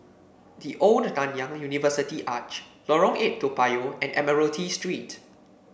The Old Nanyang University Arch Lorong Eight Toa Payoh and Admiralty Street